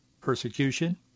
persecution